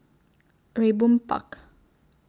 Raeburn Park